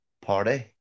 party